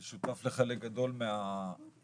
אני שותף לחלק גדול מהדברים.